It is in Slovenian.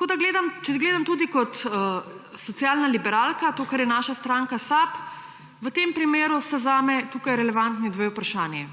Če gledam tudi kot socialna liberalka, to, kar je naša stranka SAB, sta v tem primeru zame tukaj relevantni dve vprašanji.